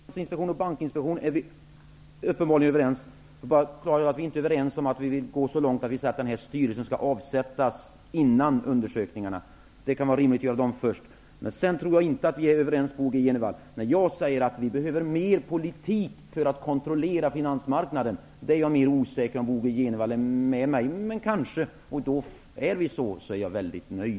Fru talman! I fråga om kritiken mot Finansinspektionen och Bankinspektionen är vi uppenbarligen överens. Jag vill bara klargöra att vi inte är överens om att gå så långt som att säga att styrelsen skall avsättas innan undersökningarna har gjorts. Det kan vara rimligt att göra dem först. Sedan tror jag inte att vi är överens, Bo G Jenevall. När jag säger att vi behöver mer politik för att kontrollera finansmarknaden är jag mer osäker på om Bo G Jenevall är med mig. Men kanske, och är han det så är jag väldigt nöjd.